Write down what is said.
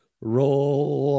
Roll